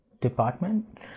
department